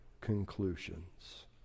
conclusions